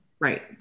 Right